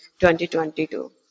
2022